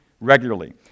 regularly